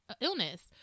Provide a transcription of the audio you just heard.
illness